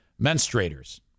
Menstruators